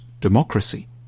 democracy